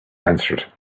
answered